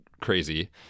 Crazy